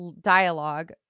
dialogue